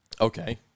Okay